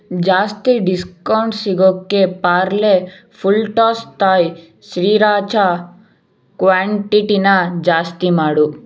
ಜಾಸ್ತಿ ಡಿಸ್ಕೌಂಟ್ ಸಿಗೋಕ್ಕೆ Parle full toss Thai sriracha ಕ್ವಾಂಟಿಟಿನ ಜಾಸ್ತಿ ಮಾಡು